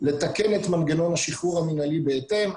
לתקן את מנגנון השחרור המנהלי בהתאם,